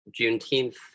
Juneteenth